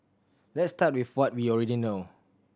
let's start with what we already know